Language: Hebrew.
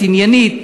עניינית,